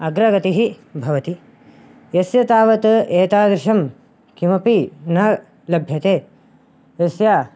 अग्रगतिः भवति यस्य तावत् एतादृशं किमपि न लभ्यते यस्य